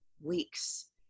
weeks